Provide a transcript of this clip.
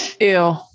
Ew